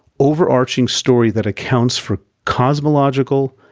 overarching story that accounts for cosmological,